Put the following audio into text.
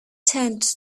turned